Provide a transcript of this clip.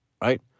right